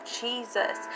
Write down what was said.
Jesus